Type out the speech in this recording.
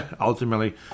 ultimately